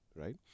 Right